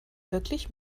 wirklich